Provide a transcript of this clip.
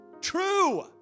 True